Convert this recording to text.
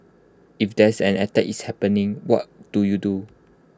if there's an attack is happening what do you do